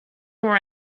were